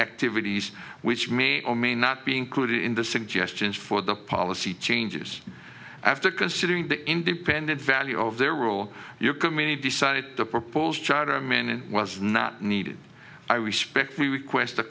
activities which may or may not be included in the suggestions for the policy changes after considering the independent value of their rule your community decided the proposed charter i'm in was not needed i respect we quest